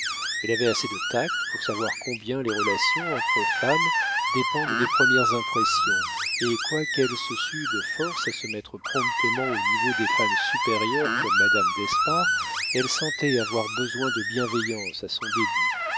elle avait assez de tact pour savoir combien les relations entre femmes dépendent des premières impressions et quoiqu'elle se sût de force à se mettre promptement au niveau des femmes supérieures comme madame d'espard elle sentait avoir besoin de bienveillance à son début